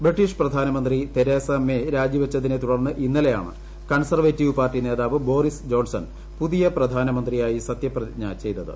British പ്രധാനമന്ത്രി Theresa May രാജിവച്ചതിന്റെ ്തുടർന്ന് ഇന്നലെയാണ് കൺസർവേറ്റീവ് പാർട്ടി നേതാവ് ബോറിസ് ് ജോൺസൺ പുതിയ പ്രധാനമന്ത്രിയായി സത്യപ്രതിജ്ഞ ചെയ്തത്